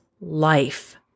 life